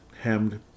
hemmed